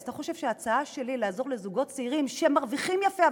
אז אתה חושב שההצעה שלי לעזור לזוגות צעירים שמרוויחים יפה,